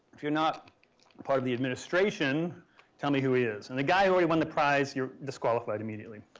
if you're not part of the administration tell me who he is. and the guy who already won the prize, you're disqualified immediately.